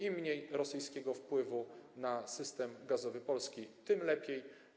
Im mniej rosyjskiego wpływu na system gazowy Polski, tym lepiej.